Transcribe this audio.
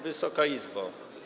Wysoka Izbo!